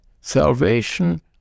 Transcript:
salvation